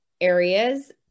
areas